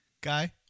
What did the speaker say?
Guy